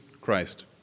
Christ